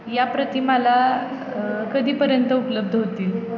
या प्रति मला कधीपर्यंत उपलब्ध होतील